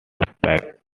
beckett